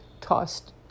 tossed